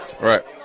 Right